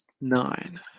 nine